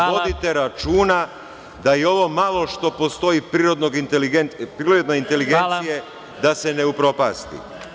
Vodite računa da i ovo malo što postoji prirodne inteligencije da se ne upropasti.